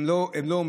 הם לא עומדים,